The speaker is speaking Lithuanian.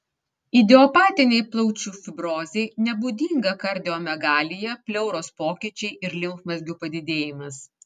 idiopatinei plaučių fibrozei nebūdinga kardiomegalija pleuros pokyčiai ir limfmazgių padidėjimas